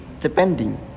depending